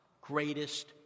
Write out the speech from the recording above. greatest